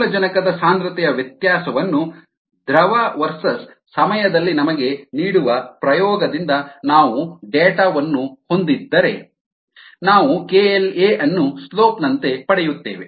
ಆಮ್ಲಜನಕದ ಸಾಂದ್ರತೆಯ ವ್ಯತ್ಯಾಸವನ್ನು ದ್ರವ ವರ್ಸಸ್ ಸಮಯದಲ್ಲಿ ನಮಗೆ ನೀಡುವ ಪ್ರಯೋಗದಿಂದ ನಾವು ಡೇಟಾ ವನ್ನು ಹೊಂದಿದ್ದರೆ ನಾವು kLa ಅನ್ನು ಸ್ಲೋಪ್ ನಂತೆ ಪಡೆಯುತ್ತೇವೆ